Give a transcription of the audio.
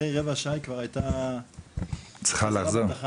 אחרי רבע שעה היא כבר היתה בדרך לתחנה,